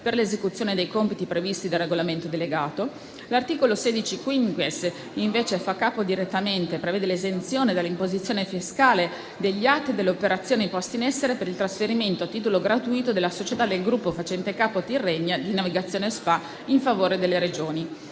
per l'esecuzione dei compiti previsti dal regolamento delegato. L'articolo 16-*quinquies*, invece, prevede l'esenzione dall'imposizione fiscale degli atti e delle operazioni poste in essere per il trasferimento, a titolo gratuito, della società del gruppo facente capo a Tirrenia di Navigazione SpA in favore delle Regioni.